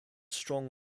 strong